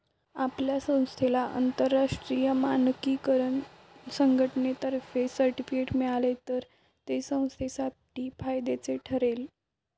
आपल्या संस्थेला आंतरराष्ट्रीय मानकीकरण संघटनेतर्फे सर्टिफिकेट मिळाले तर ते संस्थेसाठी फायद्याचे ठरेल